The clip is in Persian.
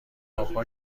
آبها